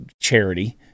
charity